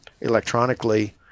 electronically